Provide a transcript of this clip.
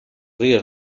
ríos